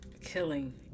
killing